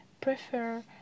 prefer